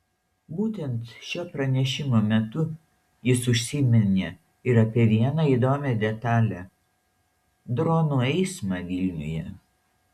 būtent šio pranešimo metu jis užsiminė ir apie vieną įdomią detalę dronų eismą vilniuje